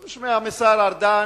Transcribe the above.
אני שומע מהשר ארדן